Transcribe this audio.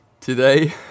Today